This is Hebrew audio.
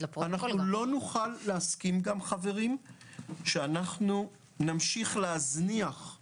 אנחנו לא נוכל להסכים גם שאנחנו נמשיך להזניח את